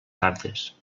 cartes